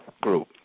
group